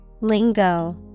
Lingo